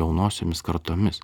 jaunosiomis kartomis